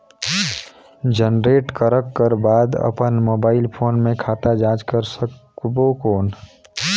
Generate करक कर बाद अपन मोबाइल फोन मे खाता जांच कर सकबो कौन?